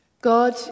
God